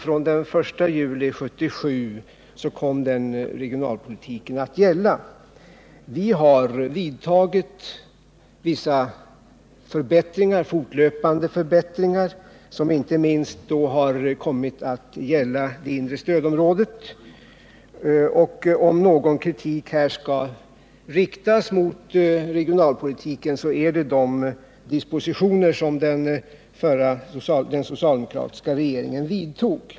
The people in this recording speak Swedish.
Från den 1 juli 1977 kom alltså den regionalpolitiken att gälla. Vi har fortlöpande vidtagit förbättringar, som inte minst kommit att gälla det inre stödområdet. Och om någon kritik här skall riktas mot regionalpolitiken så är det mot de dispositioner som den socialdemokratiska regeringen vidtog.